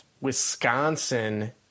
Wisconsin